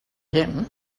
him